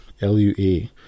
L-U-A